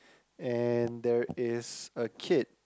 and there is a kid